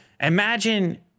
Imagine